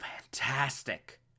fantastic